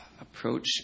approach